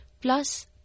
plus